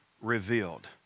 revealed